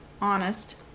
honest